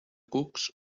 cucs